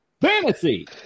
Fantasy